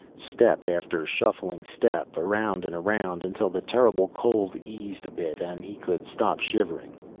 step after shuffling step, around and around, until the terrible cold eased a bit and he could stop shivering.